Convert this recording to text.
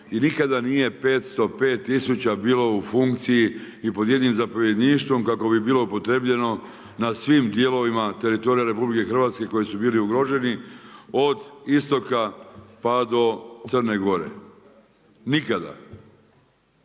nikada nije 505 tisuća bilo u funkciji i pod jednim zapovjedništvom kako bi bilo upotrjebljeno na svim dijelovima teritorija RH koji su bili ugroženi, od istoka pa do Crne Gore, nikada.